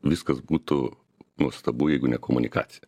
viskas būtų nuostabu jeigu ne komunikacija